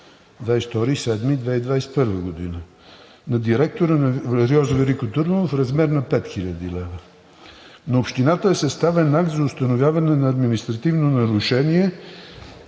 на директора на РИОСВ – Велико Търново, в размер на 5 хил. лв. На общината е съставен акт за установяване на административно нарушение